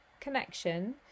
connection